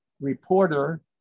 reporter